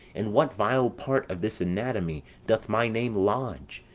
in what vile part of this anatomy doth my name lodge?